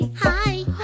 Hi